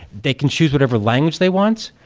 they can choose whatever language they want.